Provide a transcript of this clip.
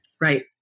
Right